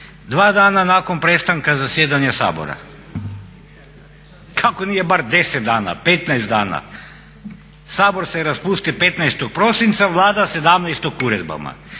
dva dana nakon prestanka zasjedanja Sabora. Kako nije bar 10 dana, 15 dana. Sabor se raspusti 15. prosinca, Vlada 17. uredbama.